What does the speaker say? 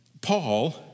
Paul